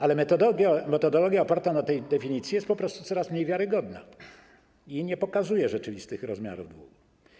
Ale metodologia oparta na tej definicji jest po prostu coraz mniej wiarygodna i nie pokazuje rzeczywistych rozmiarów długu.